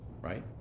Right